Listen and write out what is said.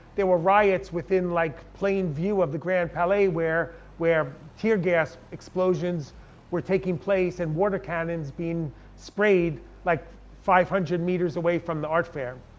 there were riots within like plain view of the grand palais where where teargas explosions were taking place, and water cannons being sprayed like five hundred meters away from the art fair.